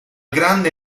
grande